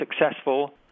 successful